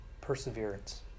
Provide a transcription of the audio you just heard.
perseverance